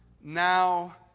now